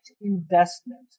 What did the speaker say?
investment